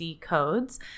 Codes